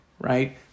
right